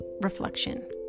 Reflection